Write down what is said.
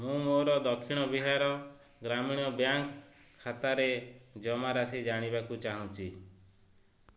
ମୁଁ ମୋର ଦକ୍ଷିଣ ବିହାର ଗ୍ରାମୀଣ ବ୍ୟାଙ୍କ୍ ଖାତାରେ ଜମାରାଶି ଜାଣିବାକୁ ଚାହୁଁଛି